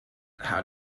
how